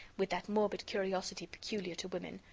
with that morbid curiosity peculiar to women,